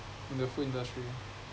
in the food industry